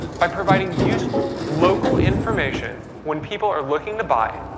by providing useful, local information when people are looking to buy,